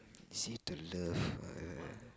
easy to love uh